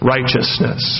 Righteousness